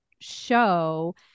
show